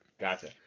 Gotcha